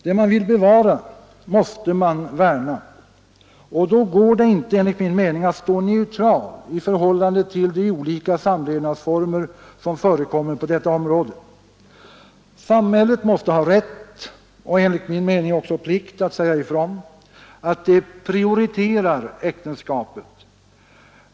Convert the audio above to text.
Det man vill bevara måste man värna om. Och då går det enligt min mening inte att stå neutral i förhållande till de olika samlevnadsformer som förekommer på detta område. Samhället måste ha rätt och enligt min uppfattning också plikt att säga ifrån att det prioriterar äktenskapet.